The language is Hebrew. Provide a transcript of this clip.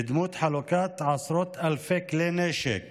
בדמות חלוקת עשרות אלפי כלי נשק